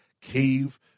cave